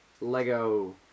Lego